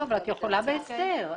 אבל את יכולה בהסדר.